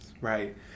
Right